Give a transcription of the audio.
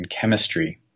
chemistry